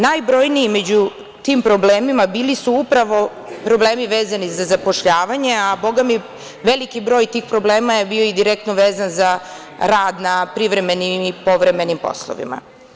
Najbrojniji među tim problemima bili su upravo problemi vezani za zapošljavanje, a veliki broj tih problema bio je direktno vezan za rad na privremenim i povremenim poslovima.